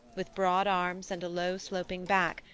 with broad arms and a low sloping back,